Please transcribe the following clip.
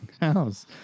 house